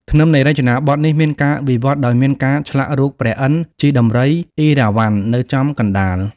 ធ្នឹមនៃរចនាបថនេះមានការវិវត្តដោយមានការឆ្លាក់រូបព្រះឥន្ទ្រជិះដំរីអីរ៉ាវ៉ាន់នៅចំកណ្តាល។